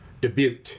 Debut